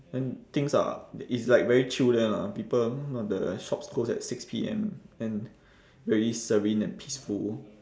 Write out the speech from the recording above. and things are it's like very chill there lah people all the shops close at six P_M and very serene and peaceful